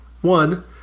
One